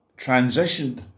transitioned